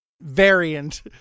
variant